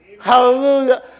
Hallelujah